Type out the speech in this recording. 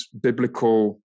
biblical